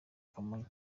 kamonyi